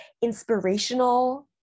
inspirational